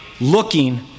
looking